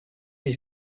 may